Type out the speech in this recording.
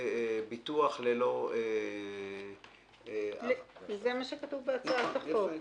ולביטוח ללא --- זה מה שכתוב בהצעת החוק.